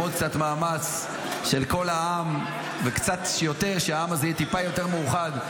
עם עוד קצת מאמץ של כל העם וקצת שהעם הזה יהיה טיפה יותר מאוחד,